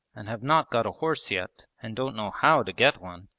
and have not got a horse yet, and don't know how to get one.